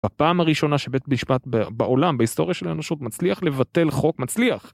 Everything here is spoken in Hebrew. הפעם הראשונה שבית משפט בעולם בהיסטוריה של האנושות מצליח לבטל חוק. מצליח!